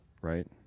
Right